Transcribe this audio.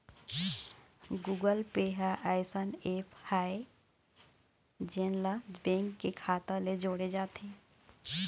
Google Pay ह अइसन app आय जेन ला बेंक के खाता ले जोड़े जाथे